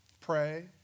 pray